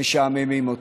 משעממים אתכם.